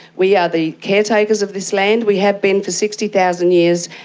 we are the caretakers of this land, we have been for sixty thousand years.